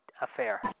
affair